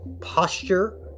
posture